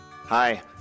Hi